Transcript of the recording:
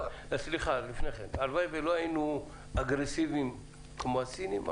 הלוואי ולא היינו אגרסיביים כמו הסינים,